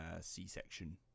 C-section